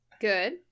Good